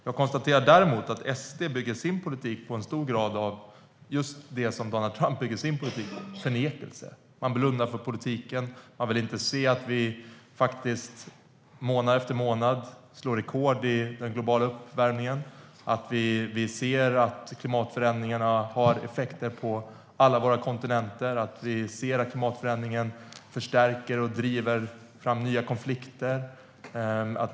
Jag konstaterar att SD däremot till stor del bygger sin politik på just det som Donald Trump bygger sin politik på - förnekelse. Man blundar för vetenskapen. Man vill inte se att den globala uppvärmningen slår rekord månad efter månad, att klimatförändringarna får effekter på alla kontinenter och att klimatförändringarna förstärker och driver fram nya konflikter.